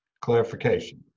Clarification